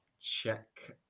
check